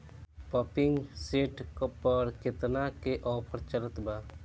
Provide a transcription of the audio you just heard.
Pumping set पर केतना के ऑफर चलत बा?